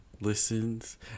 listens